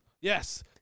Yes